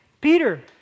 Peter